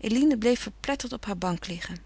eline bleef verpletterd op haar bank liggen